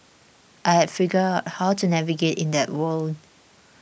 I had figured out how to navigate in that world